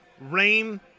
rain